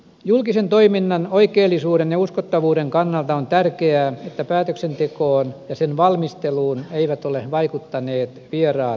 julkisen toiminnan oikeellisuuden ja uskottavuuden kannalta on tärkeää että päätöksentekoon ja sen valmisteluun eivät ole vaikuttaneet vieraat intressit